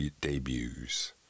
debuts